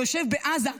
שיושב בעזה,